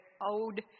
owed